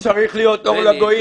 לא צריך להיות אור לגויים.